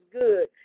good